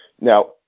Now